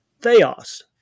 theos